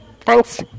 thanks